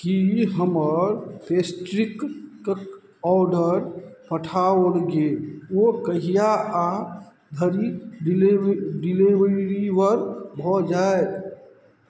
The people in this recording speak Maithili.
की हमर पेस्ट्रीक ऑर्डर पठाओल गेल ओ कहियाधरि डिलीवरी भऽ जायत